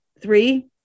Three